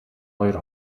хоёр